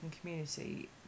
community